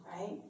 right